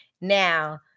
Now